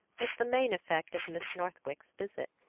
was the main effect of miss northwick's visit.